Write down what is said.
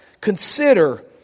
consider